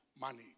money